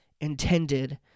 intended